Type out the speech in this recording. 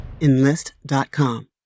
Enlist.com